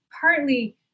partly